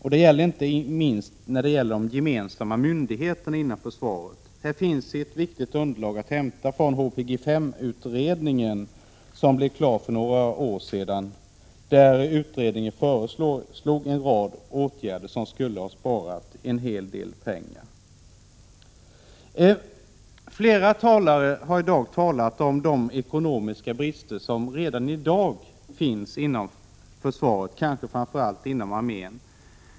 Det gäller framför allt de gemensamma myndigheterna inom försvaret. Här finns ett viktigt underlag att hämta från Hpg 5 utredningen, som blev klar för några år sedan. Utredningen föreslog en rad åtgärder som skulle ha sparat en hel del pengar. Flera talare har i dag påtalat de ekonomiska brister som redan i dag finns inom försvaret, kanske framför allt inom armén.